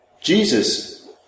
Jesus